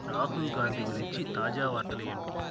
రాహుల్ గాంధీ గురించి తాజా వార్తలు ఏంటి